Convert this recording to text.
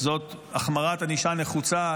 זאת החמרת ענישה נחוצה.